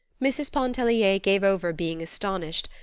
mrs. pontellier gave over being astonished,